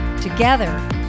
Together